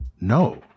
no